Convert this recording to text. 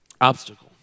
obstacle